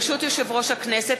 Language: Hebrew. ברשות יושב-ראש הכנסת,